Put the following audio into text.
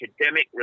academic